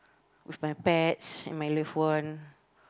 with my pets and my loved one